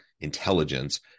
intelligence